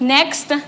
Next